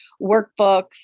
workbooks